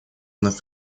вновь